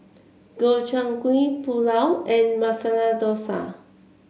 Gobchang Gui Pulao and Masala Dosa